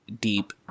deep